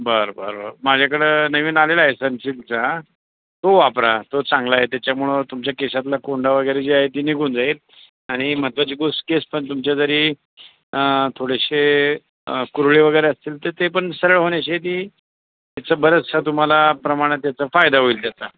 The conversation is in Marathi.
बरं बरं बरं माझ्याकडं नवीन आलेला आहे सनशील्कचा तो वापरा तो चांगला आहे त्याच्यामुळं तुमच्या केसातला कोंडा वगैरे जे आहे तो निघून जाईल आणि महत्त्वाची गोष्ट केस पण तुमच्या जरी थोडेशे कुरळे वगैरे असतील तर ते पण सरळ होण्याची ती त्याचं बरंचस तुम्हाला प्रमाणात त्याचा फायदा होईल त्याचा